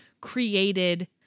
created